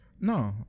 No